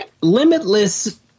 limitless